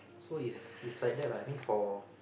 so it's it's like that lah I mean for